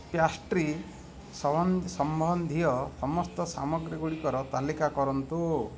pastry ସମ୍ବନ୍ଧୀୟ ସମସ୍ତ ସାମଗ୍ରୀ ଗୁଡ଼ିକର ତାଲିକା କରନ୍ତୁ